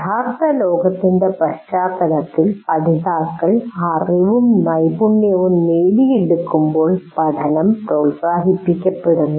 യഥാർത്ഥ ലോകത്തിന്റെ പശ്ചാത്തലത്തിൽ പഠിതാക്കൾ അറിവും നൈപുണ്യവും നേടിയെടുക്കുമ്പോൾ പഠനം പ്രോത്സാഹിപ്പിക്കപ്പെടുന്നു